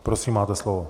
Prosím, máte slovo.